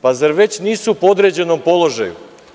Pa, zar već nisu u podređenom položaju?